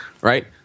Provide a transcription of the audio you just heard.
right